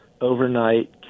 overnight